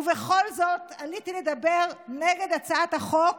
ובכל זאת עליתי לדבר נגד הצעת החוק